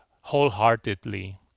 wholeheartedly